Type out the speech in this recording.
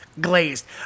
glazed